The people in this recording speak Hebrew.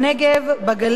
בגליל,